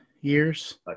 years